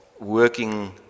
working